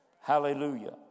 Hallelujah